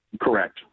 Correct